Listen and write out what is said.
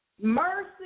Mercy